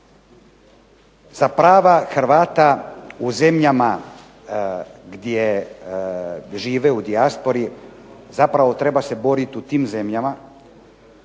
Za prava Hrvata u zemljama gdje žive u dijaspori zapravo treba se boriti u tim zemljama,